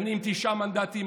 אני עם תשעה מנדטים,